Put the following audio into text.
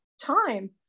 time